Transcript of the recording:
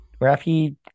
Rafi